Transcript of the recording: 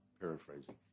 paraphrasing